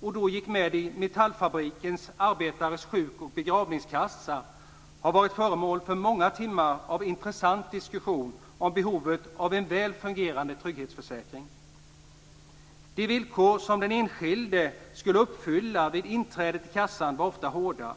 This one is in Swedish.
och då gick med i Metallfabrikens arbetares sjuk och begravningskassa, har varit föremål för många timmar av intressant diskussion om behovet av en väl fungerande trygghetsförsäkring. De villkor som den enskilde skulle uppfylla vid inträdet i kassan var ofta hårda.